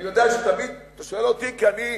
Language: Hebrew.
אני יודע שתמיד אתה שואל אותי כי אני,